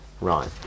right